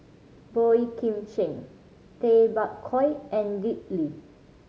Boey Kim Cheng Tay Bak Koi and Dick Lee